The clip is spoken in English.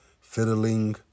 fiddling